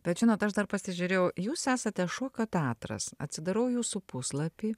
bet žinot aš dar pasižiūrėjau jūs esate šokio teatras atsidarau jūsų puslapį